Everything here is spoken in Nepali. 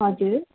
हजुर